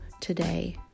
today